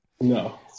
No